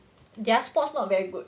their sports not very good